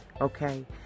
Okay